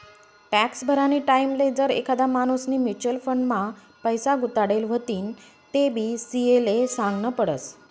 tax भरानी टाईमले जर एखादा माणूसनी म्युच्युअल फंड मा पैसा गुताडेल व्हतीन तेबी सी.ए ले सागनं पडस